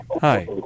Hi